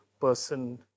person